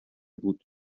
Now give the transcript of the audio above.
بود